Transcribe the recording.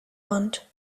wand